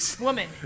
Woman